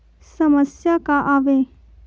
समस्या का आवे?